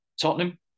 Tottenham